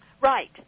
Right